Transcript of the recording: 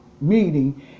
meeting